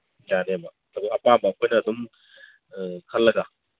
ꯌꯥꯅꯦꯕ ꯑꯗꯨ ꯑꯄꯥꯝꯕ ꯑꯩꯈꯣꯏꯅ ꯑꯗꯨꯝ ꯈꯜꯂꯒ